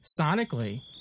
sonically